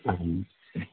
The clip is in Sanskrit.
अहं